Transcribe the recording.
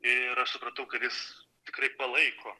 ir aš supratau kad jis tikrai palaiko